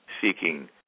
seeking